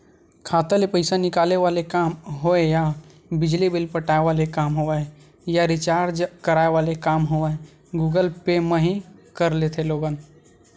खाता ले पइसा निकाले वाले काम होय या बिजली बिल पटाय वाले काम होवय या रिचार्ज कराय वाले काम होवय गुगल पे म ही कर लेथे लोगन